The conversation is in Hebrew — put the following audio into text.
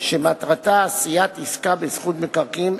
שמטרתה עשיית עסקה בזכות במקרקעין,